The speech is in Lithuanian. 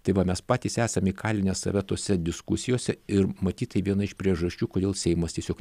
tai va mes patys esam įkalinę save tose diskusijose ir matyt tai viena iš priežasčių kodėl seimas tiesiog